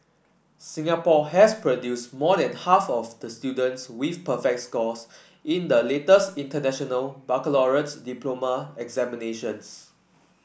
Singapore has produced more than half of the students with perfect scores in the latest International Baccalaureates diploma examinations